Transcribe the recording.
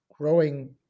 growing